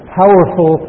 powerful